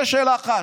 זו שאלה אחת.